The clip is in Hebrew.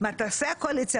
מה תעשה הקואליציה,